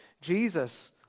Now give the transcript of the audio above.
Jesus